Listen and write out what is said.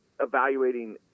evaluating